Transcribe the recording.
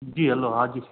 जी hello हा जी